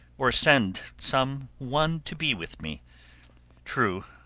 or send some one to be with me true,